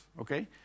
okay